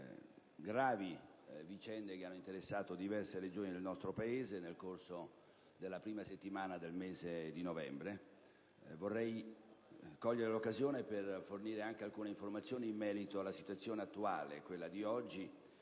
gravi vicende che hanno interessato diverse Regioni del nostro Paese nel corso della prima settimana del mese di novembre. Vorrei cogliere l'occasione per fornire anche alcune informazioni in merito alla situazione di maltempo